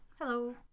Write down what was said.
Hello